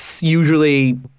usually